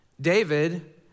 David